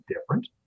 different